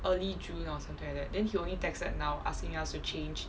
early june or something like that then he only texted now asking us to change